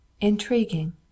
Intriguing